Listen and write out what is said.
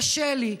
קשה לי.